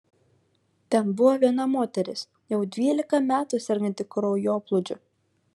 ten buvo viena moteris jau dvylika metų serganti kraujoplūdžiu